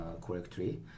correctly